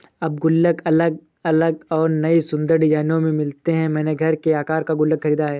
अब गुल्लक अलग अलग और नयी सुन्दर डिज़ाइनों में मिलते हैं मैंने घर के आकर का गुल्लक खरीदा है